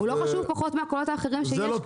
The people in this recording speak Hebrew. הוא לא פחות חשוב מקולות אחרים שיש כאן.